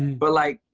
but like,